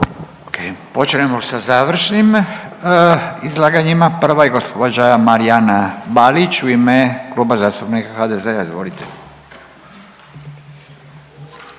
Počnemo sa završnim izlaganjima. Prva je gđa Marijana Balić u ime Kluba zastupnika HDZ-a, izvolite.